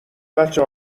بچه